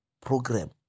program